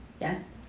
Yes